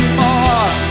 more